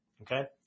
Okay